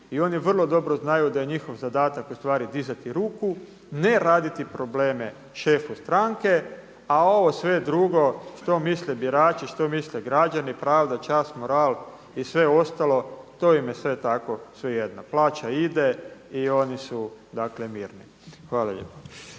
i oni vrlo dobro znaju da je njihov zadatak ustvari dizati ruku, ne raditi probleme šefu stranke a ovo sve drugo što misle birači, što misle građani, pravda, čast, moral i sve ostalo to im je sve tako svejedno. Plaća ide i oni su dakle mirni. Hvala lijepa.